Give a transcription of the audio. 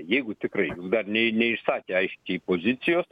jeigu tikrai dar ne neišsakė aiškiai pozicijos